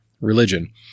religion